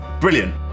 Brilliant